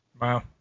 Wow